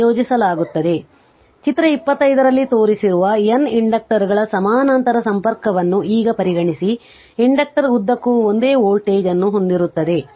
ಆದ್ದರಿಂದ ಚಿತ್ರ 25 ರಲ್ಲಿ ತೋರಿಸಿರುವ N ಇಂಡಕ್ಟರ್ಗಳ ಸಮಾನಾಂತರ ಸಂಪರ್ಕವನ್ನು ಈಗ ಪರಿಗಣಿಸಿ ಇಂಡಕ್ಟರ್ ಉದ್ದಕ್ಕೂ ಒಂದೇ ವೋಲ್ಟೇಜ್ ಅನ್ನು ಹೊಂದಿರುತ್ತದೆ